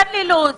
תן לי לו"ז.